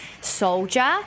soldier